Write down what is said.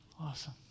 Awesome